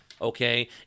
okay